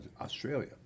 Australia